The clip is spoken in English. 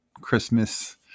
Christmas